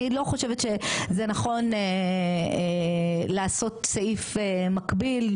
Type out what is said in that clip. אני לא חושבת שזה נכון לעשות סעיף מקביל,